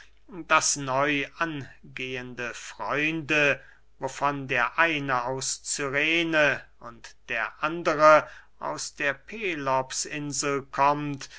daß neu angehende freunde wovon der eine aus cyrene und der andere aus der pelopsinsel kommt